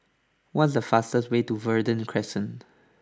what is the fastest way to Verde Crescent